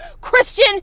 christian